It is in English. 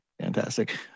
fantastic